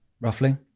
Roughly